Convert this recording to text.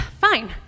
fine